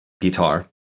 guitar